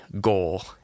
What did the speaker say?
goal